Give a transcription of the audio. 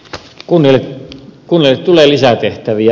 kunnille tulee lisää tehtäviä